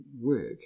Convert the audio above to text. work